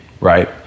right